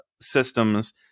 systems